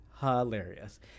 hilarious